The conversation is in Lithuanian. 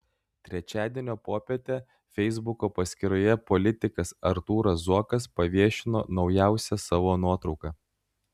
trečiadienio popietę feisbuko paskyroje politikas artūras zuokas paviešino naujausią savo nuotrauką